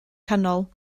canol